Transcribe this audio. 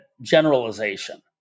generalization